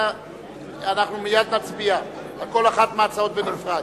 אנחנו מייד נצביע על כל אחת מההצעות בנפרד.